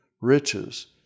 riches